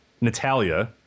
Natalia